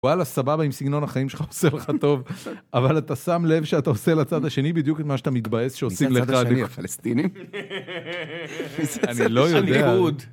וואלה סבבה אם סגנון החיים שלך עושה לך טוב, אבל אתה שם לב שאתה עושה לצד השני בדיוק את מה שאתה מתבאס שעושים לך. מי הצד השני הפלסטינים? אני לא יודע.